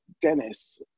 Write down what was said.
Dennis